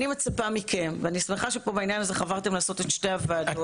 אני מצפה מכם ואני שמחה שבעניין הזה חברתם לעשות את שתי הוועדות.